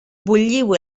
bulliu